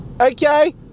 okay